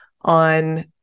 on